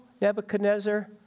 Nebuchadnezzar